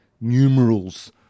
numerals